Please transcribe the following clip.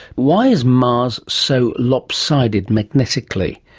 why is mars so lopsided magnetically,